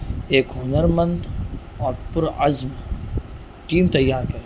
ایک ہنر مند اور پرعزم ٹیم تیار کریں